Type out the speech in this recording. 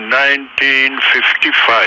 1955